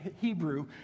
Hebrew